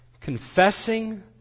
confessing